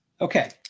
Okay